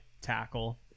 tackle